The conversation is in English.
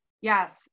Yes